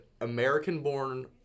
American-born